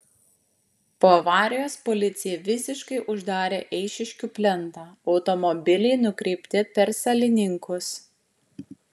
po avarijos policija visiškai uždarė eišiškių plentą automobiliai nukreipti per salininkus